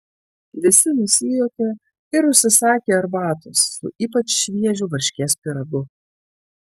visi nusijuokė ir užsisakė arbatos su ypač šviežiu varškės pyragu